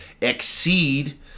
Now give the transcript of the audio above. exceed